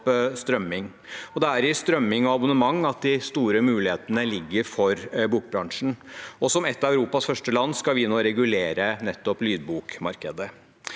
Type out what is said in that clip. strømming. Det er i strømming og i abonnement at de store mulighetene ligger for bokbransjen, og som et av Europas første land skal vi nå regulere nettopp lydbokmarkedet.